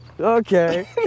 Okay